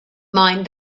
mind